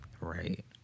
Right